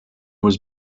was